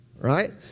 right